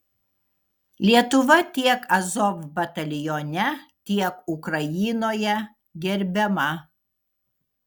lietuva tiek azov batalione tiek ukrainoje gerbiama